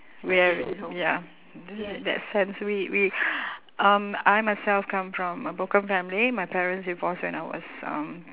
where ya that sense we we um I myself come from a broken family my parents divorce when I was um